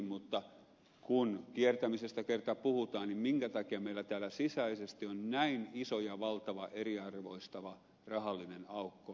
mutta kun kiertämisestä kerta puhutaan niin minkä takia meillä täällä sisäisesti on näin iso ja valtava eriarvoistava rahallinen aukko kansanedustajien omien toimintatapojen keskuudessa